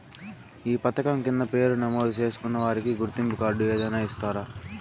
ఈ పథకం కింద పేరు నమోదు చేసుకున్న వారికి గుర్తింపు కార్డు ఏదైనా ఇస్తారా?